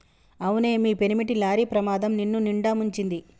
అవునే మీ పెనిమిటి లారీ ప్రమాదం నిన్నునిండా ముంచింది